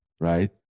Right